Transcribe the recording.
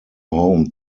home